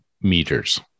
meters